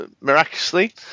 miraculously